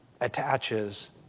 attaches